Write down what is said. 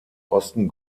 osten